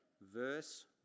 verse